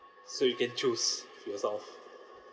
so you can choose for yourself